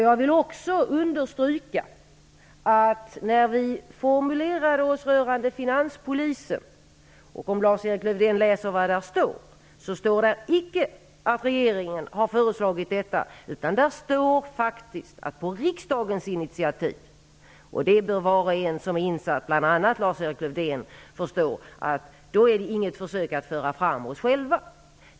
Jag vill också understryka att i formuleringarna rörande finanspolisen -- om Lars-Erik Lövdén läser vad där står -- står det icke att regeringen har föreslagit detta, utan där står faktiskt att det är på riksdagens initiativ. Var och en som är insatt, bl.a. Lars-Erik Lövdén, bör förstå att detta inte är något försök att föra fram oss själva.